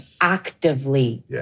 actively